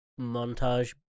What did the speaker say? montage